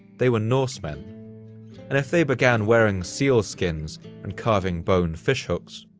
they were norsemen and if they began wearing seal skins and carving boned fish hooks,